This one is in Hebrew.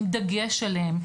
עם דגש עליהם,